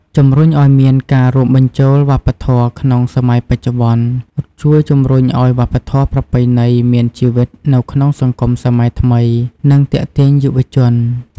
ជំរុញអោយមានការរួមបញ្ចូលវប្បធម៌ក្នុងសម័យបច្ចុប្បន្ន ជួយជំរុញឲ្យវប្បធម៌ប្រពៃណីមានជីវិតនៅក្នុងសង្គមសម័យថ្មី និងទាក់ទាញយុវជន។